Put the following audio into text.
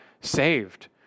saved